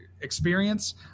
experience